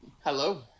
Hello